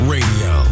Radio